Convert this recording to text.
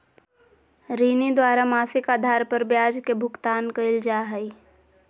ऋणी द्वारा मासिक आधार पर ब्याज के भुगतान कइल जा हइ